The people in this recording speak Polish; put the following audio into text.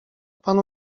panu